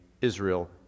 Israel